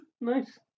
nice